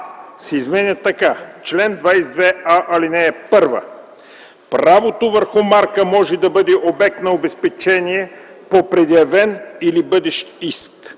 се изменя така: „Чл. 22а. (1) Правото върху марка може да бъде обект на обезпечение по предявен или бъдещ иск.